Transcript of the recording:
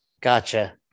Gotcha